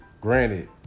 granted